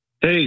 Hey